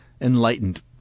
enlightened